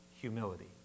Humility